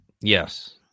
yes